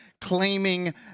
claiming